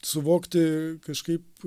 suvokti kažkaip